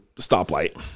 stoplight